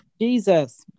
jesus